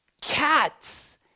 Cats